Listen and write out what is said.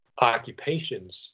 occupations